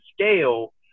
scale